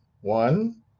one